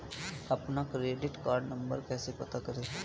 अपना credit card number कैसे पता करें?